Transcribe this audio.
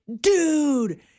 Dude